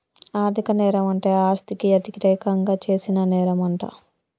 ఆర్ధిక నేరం అంటే ఆస్తికి యతిరేకంగా చేసిన నేరంమంట